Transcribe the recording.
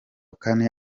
kane